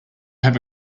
have